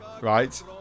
Right